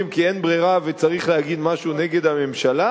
כי אין ברירה וצריך להגיד משהו נגד הממשלה,